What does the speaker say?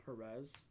Perez